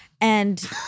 and-